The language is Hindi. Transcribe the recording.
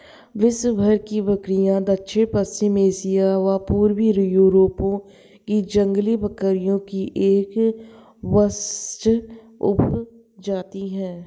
विश्वभर की बकरियाँ दक्षिण पश्चिमी एशिया व पूर्वी यूरोप की जंगली बकरी की एक वंशज उपजाति है